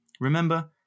Remember